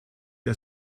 der